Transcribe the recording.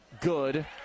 good